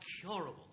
curable